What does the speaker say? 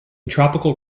tropical